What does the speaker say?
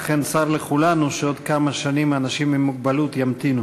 אכן, צר לכולנו שאנשים עם מוגבלות ימתינו